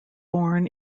born